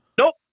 Nope